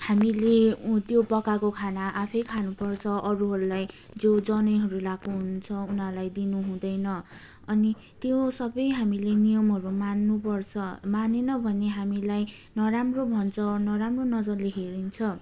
हामीले त्यो पकाएको खाना आफै खानुपर्छ अरूहरूलाई जो जनैहरू लगाएको हुन्छ उनीहरूलाई दिनुहुँदैन अनि त्यो सबै हामीले नियमहरू मान्नुपर्छ मानेन भने हामीलाई नराम्रो भन्छ नराम्रो नजरले हेरिन्छ